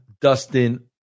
Dustin